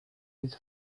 his